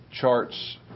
charts